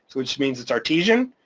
which means it's artesian,